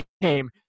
game